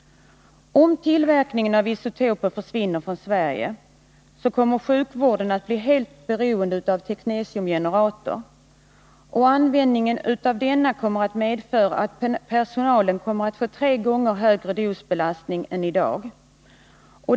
Om tillverkningen av isotoper försvinner från Sverige, kommer sjukvården att bli helt beroende av att använda teknetiumgenerator. Följden blir att personalen får tre gånger högre dosbelastning än i dag.